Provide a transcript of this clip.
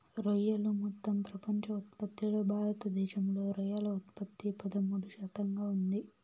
రొయ్యలు మొత్తం ప్రపంచ ఉత్పత్తిలో భారతదేశంలో రొయ్యల ఉత్పత్తి పదమూడు శాతంగా ఉంది